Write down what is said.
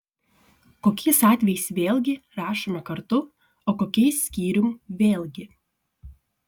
kokiais atvejais vėlgi rašome kartu o kokiais skyrium vėl gi